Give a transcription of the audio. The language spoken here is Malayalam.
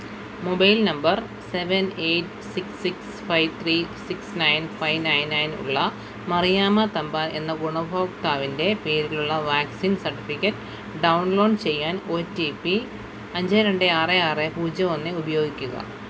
mobile number seven eight six six five three six nine five nine nine ഉള്ള മറിയാമ്മാത്തമ്പാൻ എന്ന ഗുണഭോക്താവിന്റെ പേരിലുള്ള വാക്സിൻ സർട്ടിഫിക്കറ്റ് ഡൗൺലോഡ് ചെയ്യാൻ ഓ റ്റീ പ്പി അഞ്ച് രണ്ട് ആറ് ആറ് പൂജ്യം ഒന്ന് ഉപയോഗിക്കുക